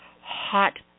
hot